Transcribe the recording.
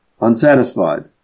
unsatisfied